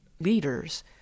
leaders